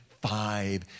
Five